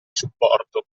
supporto